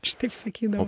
aš taip sakydavau